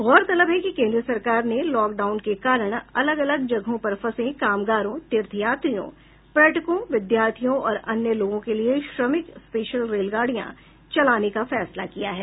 गौरतलब है कि केन्द्र सरकार ने लॉकडाउन के कारण अलग अलग जगहों पर फंसे कामगारों तीर्थ यात्रियों पर्यटकों विद्यार्थियों और अन्य लोगों के लिए श्रमिक स्पेशल रेलगाड़ियां चलाने का फैसला किया है